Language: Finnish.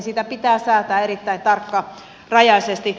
siitä pitää säätää erittäin tarkkarajaisesti